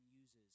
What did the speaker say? uses